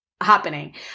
happening